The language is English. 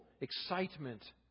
excitement